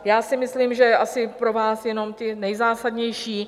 Já si myslím, že asi pro vás jenom ty nejzásadnější.